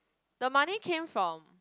the money came from